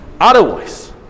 Otherwise